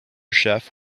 chef